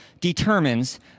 determines